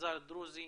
המגזר הדרוזי,